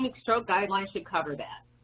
like stroke guidelines should cover that.